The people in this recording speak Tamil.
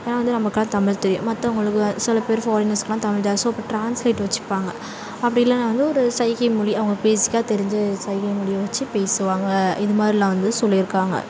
ஏன்னா வந்து நமக்கெல்லாம் தமிழ் தெரியும் மத்தவங்களுக்கு சில பேர் ஃபாரினர்ஸ்கெல்லாம் தமிழ் ஸோ அப்போ டிரான்ஸ்லேட்டர் வெச்சுப்பாங்க அப்படி இல்லைன்னா வந்து ஒரு சைகை மொழி அவங்க பேஸிக்காக தெரிஞ்ச சைகை மொழியை வெச்சு பேசுவாங்க இது மாதிரிலாம் வந்து சொல்லியிருக்காங்க